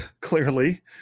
clearly